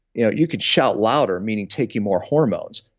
you know you could shout louder, meaning taking more hormones,